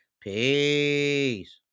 Peace